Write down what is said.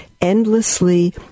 endlessly